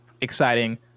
Exciting